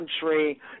country